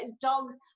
dogs